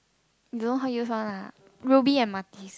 don't know how use one lah ruby and